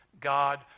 God